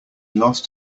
lost